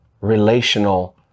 relational